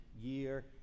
year